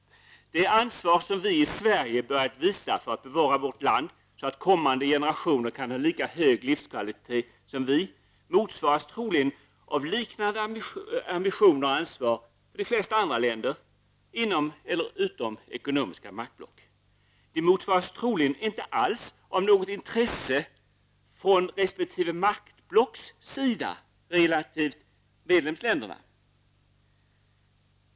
Det ansvar som vi i Sverige börjat visa för att bevara vårt land så att kommande generationer kan ha lika hög livskvalitet som vi motsvaras troligen av liknande ambitioner och ansvar i de flesta andra länder, inom eller utom ekonomiska maktblock. Det motsvaras troligen inte alls av något intresse från resp. maktblocks sida gentemot medlemsländer.